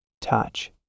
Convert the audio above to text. Touch